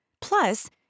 Plus